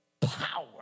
power